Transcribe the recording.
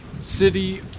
city